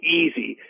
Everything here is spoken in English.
easy